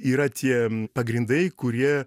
yra tie pagrindai kurie